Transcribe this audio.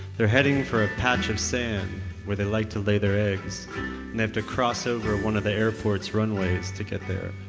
they're heading for a patch of sand where they like to lay their eggs and they have to cross over one of the airport's runways to get there.